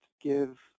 give